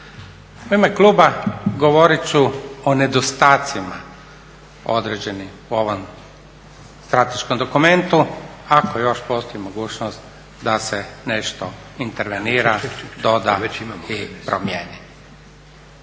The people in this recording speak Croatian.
U ime kluba govorit ću o nedostacima određenim u ovom strateškom dokumentu, ako još postoji mogućnost da se nešto intervenira, doda i promjeni.